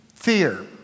Fear